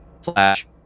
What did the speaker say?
Slash